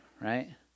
right